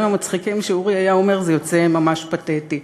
המצחיקים שאורי היה אומר זה יוצא ממש פתטי,